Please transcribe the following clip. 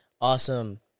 awesome